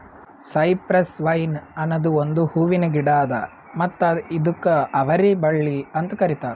cypress vine ಅನದ್ ಒಂದು ಹೂವಿನ ಗಿಡ ಅದಾ ಮತ್ತ ಇದುಕ್ ಅವರಿ ಬಳ್ಳಿ ಅಂತ್ ಕರಿತಾರ್